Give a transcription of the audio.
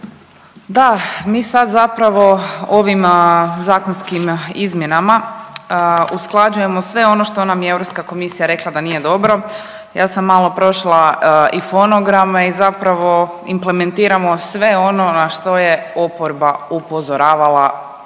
Da, mi sad zapravo ovim zakonskim izmjenama usklađujemo sve ono što nam je Europska komisija rekla da nije dobro. Ja sam malo prošla i fonograme i zapravo implementiramo sve ono na što je oporba upozoravala već